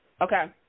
Okay